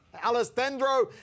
Alessandro